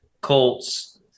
Colts